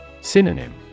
Synonym